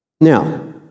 Now